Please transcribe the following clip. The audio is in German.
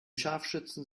scharfschützen